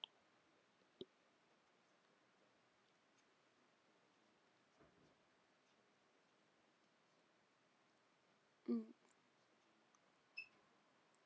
mm